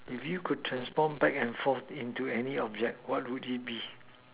if you can transform back and fore into any object what would it be